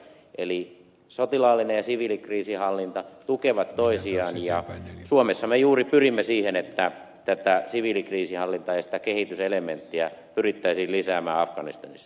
eli sotilaallinen ja siviilikriisinhallinta tukevat toisiaan ja suomessa me juuri pyrimme siihen että tätä siviilikriisinhallintaa ja sitä kehityselementtiä pyrittäisiin lisäämään afganistanissa